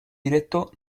directo